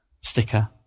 sticker